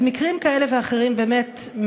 אז מקרים כאלה ואחרים מבטאים,